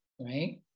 right